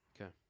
Okay